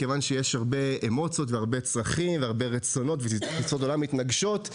כיוון שיש הרבה אמוציות והרבה צרכים והרבה רצונות ותפיסות עולם מתנגשות,